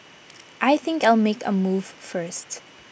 I think I'll make A move first